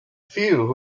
few